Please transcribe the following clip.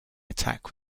attack